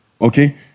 Okay